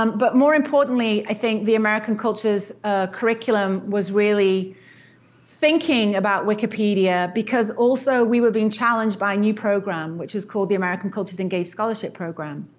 um but more importantly, i think the american cultures curriculum was really thinking about wikipedia, because also, we were being challenged by a new program, which is called the american cultures engaged scholarship program.